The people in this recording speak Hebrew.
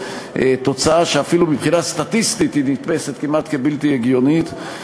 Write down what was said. תוצאה שאפילו מבחינה סטטיסטית נתפסת כמעט כבלתי הגיונית,